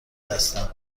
هستند